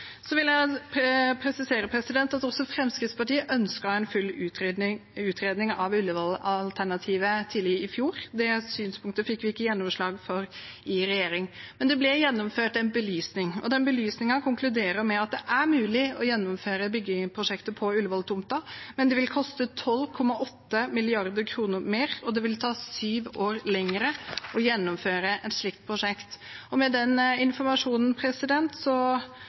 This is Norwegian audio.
Så vil jeg presisere at også Fremskrittspartiet ønsket en full utredning av Ullevål-alternativet tidlig i fjor. Det synspunktet fikk vi ikke gjennomslag for i regjering. Men det ble gjennomført en belysning, og den belysningen konkluderer med at det er mulig å gjennomføre byggeprosjektet på Ullevål-tomten, men det vil koste 12,8 mrd. kr mer, og det vil ta syv år lenger å gjennomføre et slikt prosjekt. Med den informasjonen